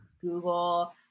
google